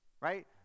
right